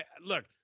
Look